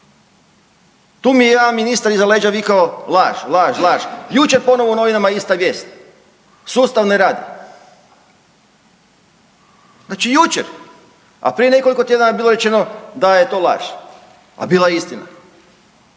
Tu mi je jedan ministar iza leđa vikao laž, laž, laž. Jučer ponovo u novinama ista vijest. Sustav ne radi. Znači jučer, a prije nekoliko tjedana bilo je rečeno da je to laž, a bila je istina.